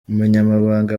umunyamabanga